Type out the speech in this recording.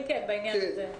כן, בעניין הזה.